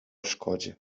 szkodzie